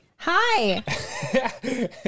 Hi